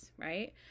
right